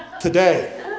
Today